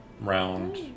round